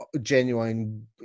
genuine